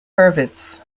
hurwitz